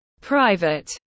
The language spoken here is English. private